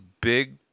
big